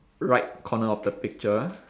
right corner of the picture